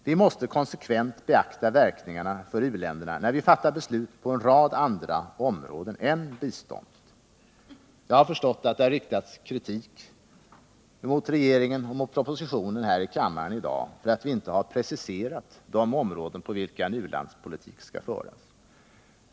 Vi måste konsekvent beakta verkningarna för u-länderna när vi fattar beslut på en rad andra områden än biståndets. Jag har förstått att det har riktats kritik mot regeringen och mot propositionen här i dag för att vi inte har preciserat de områden på vilka en ulandspolitik skall föras.